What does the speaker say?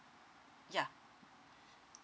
yeah